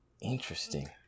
Interesting